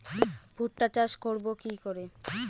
ভুট্টা চাষ করব কি করে?